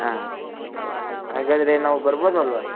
ಹಾಂ ಸರಿ ಹಾಗಾದರೆ ನಾವು ಬರ್ಬೋದು ಅಲ್ವ